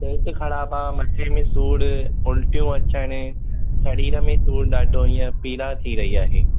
पेटु ख़राबु आहे मथे में सूर उल्टियूं अचण शरीर में सूर ॾाढो इएं पीड़ा थी रही आहे